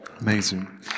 Amazing